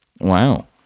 Wow